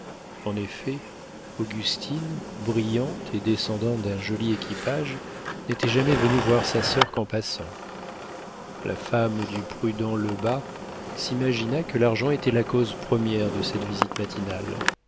en effet augustine brillante et descendant d'un joli équipage n'était jamais venue voir sa soeur qu'en passant la femme du prudent lebas s'imagina que l'argent était la cause première de cette visite matinale